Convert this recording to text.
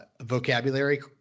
vocabulary